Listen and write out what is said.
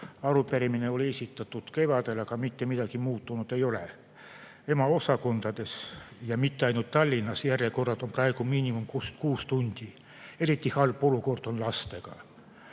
Arupärimine on esitatud kevadel, aga mitte midagi muutunud ei ole. EMO-des, ja mitte ainult Tallinnas, on järjekorrad praegu miinimum kuus tundi, eriti halb olukord on lastega.